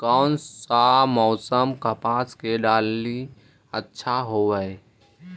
कोन सा मोसम कपास के डालीय अच्छा होबहय?